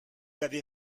avez